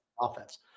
Offense